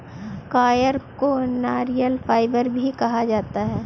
coir को नारियल fibre भी कहा जाता है